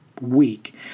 week